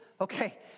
Okay